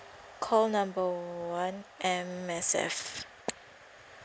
call number one M_S_F